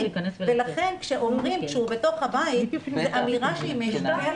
לכן כשאומרים שהוא בתוך הבית זו אמירה שהיא מיותרת.